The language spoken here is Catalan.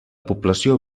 població